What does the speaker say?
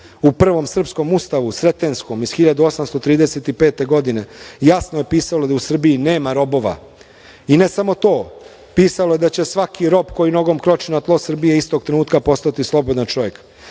prvom srpskom ustavu, Sretenjskom, iz 1835. godine jasno je pisalo da u Srbiji nema robova. I ne samo to, pisalo je da će svaki rob koji nogom kroči na tlo Srbije istog trenutka postati slobodan čovek.